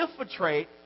infiltrate